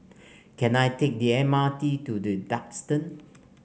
can I take the M R T to The Duxton